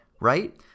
right